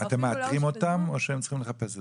אתם מאתרים אותם או שהם צריכים לחפש אתכם?